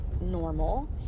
normal